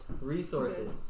resources